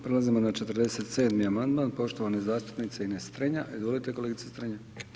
Prelazimo na 47. amandman poštovane zastupnice Ines Strenja, izvolite kolegice Strenja.